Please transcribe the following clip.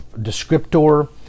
descriptor